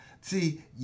See